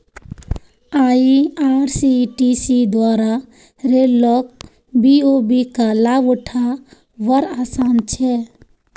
IRCTC द्वारा रेल लोक बी.ओ.बी का लाभ उठा वार आसान छे